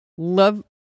love